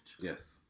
Yes